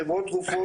חברות תרופות